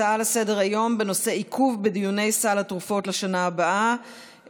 הצעה לסדר-היום בנושא: עיכוב בדיוני סל התרופות לשנה הבאה,